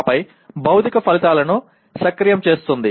ఆపై భౌతిక ఫలితాలను సక్రియం చేస్తుంది